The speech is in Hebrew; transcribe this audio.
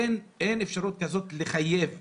אין אפשרות כזאת לחייב,